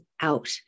out